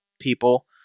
people